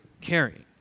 carrying